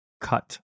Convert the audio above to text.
cut